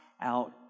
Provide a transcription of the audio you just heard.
out